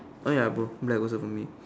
oh ya bro black also for me